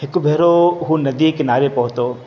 हिकु भेरो हू नदी किनारे पहुतो